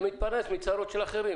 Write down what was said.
מתפרנס מצרות של אחרים.